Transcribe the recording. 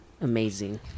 amazing